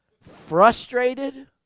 frustrated